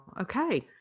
okay